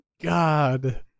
God